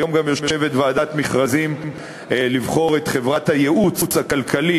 היום גם יושבת ועדת מכרזים לבחור את חברת הייעוץ הכלכלי